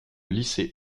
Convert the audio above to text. lycée